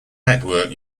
network